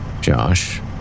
Josh